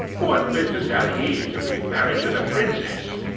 what business had he to be married to the princess!